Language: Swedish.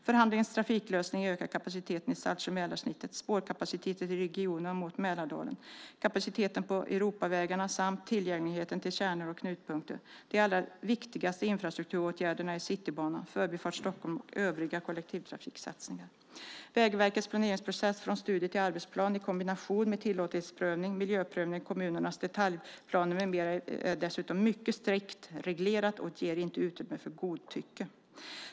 Förhandlingens trafiklösning ökar kapaciteten i Saltsjö-Mälarsnittet, spårkapaciteten i regionen och mot Mälardalen, kapaciteten på Europavägarna samt tillgängligheten till kärnor och knutpunkter. De allra viktigaste infrastrukturåtgärderna är Citybanan, Förbifart Stockholm och övriga kollektivtrafiksatsningar. Vägverkets planeringsprocess från förstudie till arbetsplan i kombination med tillåtlighetsprövning, miljöprövning, kommunernas detaljplanering med mera är dessutom mycket strikt reglerad och ger inte utrymme för godtycke.